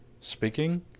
speaking